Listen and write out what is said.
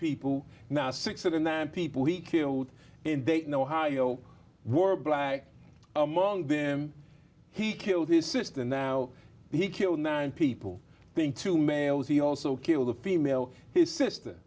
people now six of them people he killed in dayton ohio were black among them he killed his sister now he killed nine people being two males he also killed a female his sister